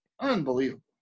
Unbelievable